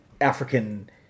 African